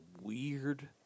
weird